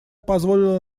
позволило